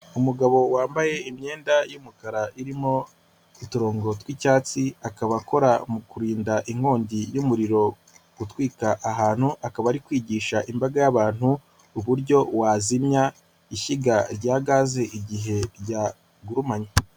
Umugabo wambaye imyenda y'umukara irimo uturongo tw'icyatsi, akaba akora mu kurinda inkongi y'umuriro gutwika ahantu, akaba ari kwigisha imbaga y'abantu uburyo wazimya ishyiga rya gaze igihe ryagurumanye.